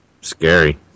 Scary